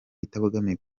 itabogamiye